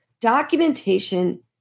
documentation